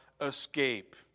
escape